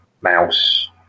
Mouse